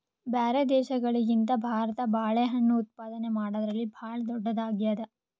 ಬ್ಯಾರೆ ದೇಶಗಳಿಗಿಂತ ಭಾರತ ಬಾಳೆಹಣ್ಣು ಉತ್ಪಾದನೆ ಮಾಡದ್ರಲ್ಲಿ ಭಾಳ್ ಧೊಡ್ಡದಾಗ್ಯಾದ